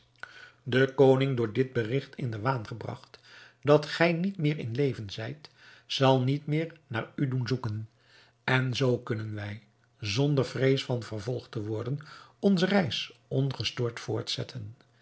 de koning door dit berigt in den waan gebragt dat gij niet meer in leven zijt zal niet meer naar u doen zoeken en zoo kunnen wij zonder vrees van vervolgd te worden onze reis ongestoord voortzetten